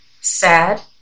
Sad